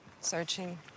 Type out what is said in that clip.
searching